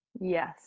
yes